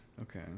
Okay